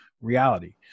reality